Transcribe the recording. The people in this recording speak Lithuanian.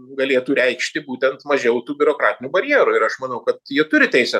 galėtų reikšti būtent mažiau tų biurokratinių barjerų ir aš manau kad jie turi teisę